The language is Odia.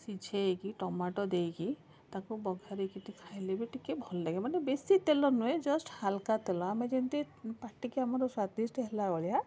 ସିଝେଇକି ଟମାଟୋ ଦେଇକି ତାକୁ ବଘାରିକି ଖାଇଲେ ବି ଟିକିଏ ଭଲ ଲାଗେ ମାନେ ବେଶୀ ତେଲ ନୁହେଁ ଜଷ୍ଟ ହାଲୁକା ତେଲ ଆମେ ଯେମିତି ପାଟିକି ଆମର ସ୍ୱାଦିଷ୍ଟ ହେଲା ଭଳିଆ